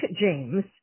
James